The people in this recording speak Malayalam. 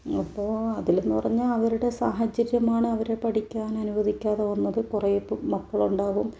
അപ്പോൾ അതിലെന്നു പറഞ്ഞാൽ അവരുടെ സാഹചര്യമാണ് അവരെ പഠിക്കാൻ അനുവദിക്കാതെ വന്നത് കുറേ മക്കളുണ്ടാവും